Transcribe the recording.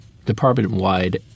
department-wide